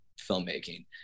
filmmaking